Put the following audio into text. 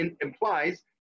implies